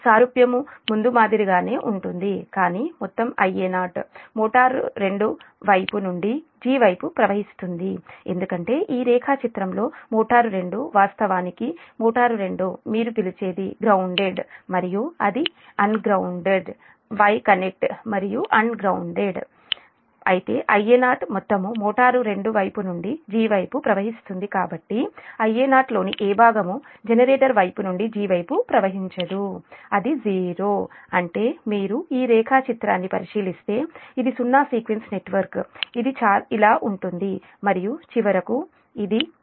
సారూప్యము ముందు మాదిరిగానే ఉంటుంది కానీ మొత్తం Ia0 మోటారు 2 వైపు నుండి g వైపు ప్రవహిస్తుంది ఎందుకంటే ఈ రేఖాచిత్రంలో మోటారు 2 వాస్తవానికి మోటారు 2 మీరు పిలిచేది గ్రౌన్దేడ్ మరియు ఇది అన్గ్రౌండ్డ్ Y కనెక్ట్ మరియు అండ్ గ్రౌండ్ అయితే Ia0 మొత్తం మోటారు 2 వైపు నుండి g వైపు ప్రవహిస్తుంది కాబట్టి Ia0 లోని ఏ భాగం జనరేటర్ వైపు నుండి g వైపు ప్రవహించదు అది 0 అంటే మీరు రేఖాచిత్రాన్ని పరిశీలిస్తే ఇది సున్నా సీక్వెన్స్ నెట్వర్క్ ఇది ఇలా ఉంటుంది మరియు చివరకు ఇది j3